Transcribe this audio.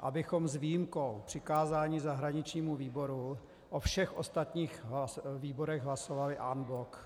abychom s výjimkou přikázání zahraničnímu výboru o všech ostatních výborech hlasovali en bloc.